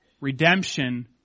redemption